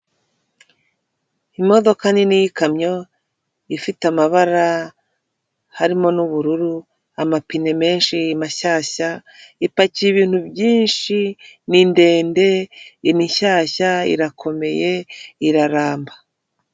Imodoka nini y'ikamyo ifite amabara harimo n'ubururu, amapine menshi mashyashya, ipakiye ibintu byinshi, ni ndende, ni nshyashya, irakomeye, iraramba.